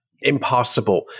impossible